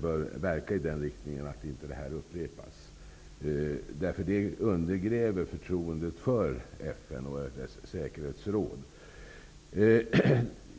bör verka i en sådan riktning att detta inte upprepas. Det undergräver nämligen förtroendet för FN och dess säkerhetsråd.